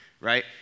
right